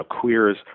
queers